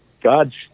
God's